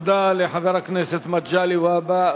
תודה לחבר הכנסת מגלי והבה.